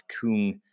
Kung